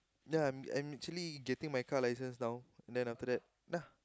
ya I'm I'm actually getting my car license now then after that dah